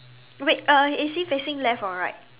wait uh is he facing left or right